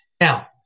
Now